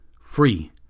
free